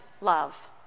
love